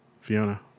Fiona